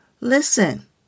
Listen